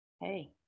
Hey